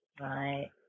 Right